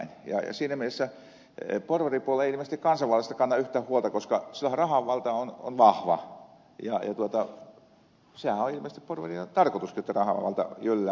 siinä mielessä porvaripuolue ei ilmeisesti kansanvallasta kanna yhtään huolta koska silloinhan rahan valta on vahva ja sehän on ilmeisesti porvareilla tarkoituskin että rahan valta jyllää